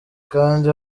kandi